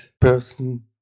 person